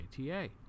JTA